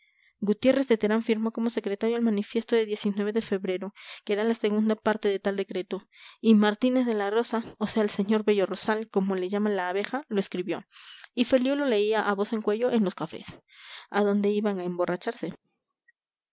gutiérrez de terán firmó como secretario el manifiesto de de febrero que era la segunda parte del tal decreto y martínez de la rosa o sea el sr bello rosal como le llama la abeja lo escribió y feliú lo leía a voz en cuello en los cafés adonde iban a emborracharse